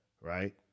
right